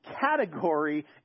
category